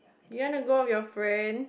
you wanna go with your friend